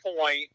point